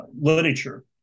literature